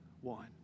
one